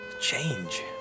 Change